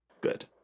good